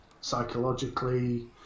Psychologically